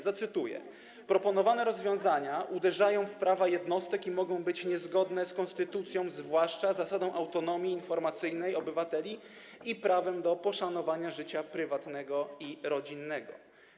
Zacytuję: Proponowane rozwiązania uderzają w prawa jednostek i mogą być niezgodne z konstytucją, zwłaszcza z zasadą autonomii informacyjnej obywateli i prawem do poszanowania życia prywatnego i rodzinnego.